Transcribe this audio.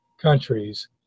countries